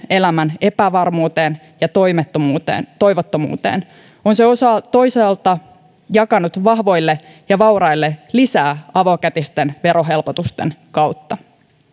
elämän epävarmuuteen ja toivottomuuteen on se toisaalta jakanut vahvoille ja vauraille lisää avokätisten verohelpotusten kautta